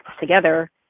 together